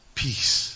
peace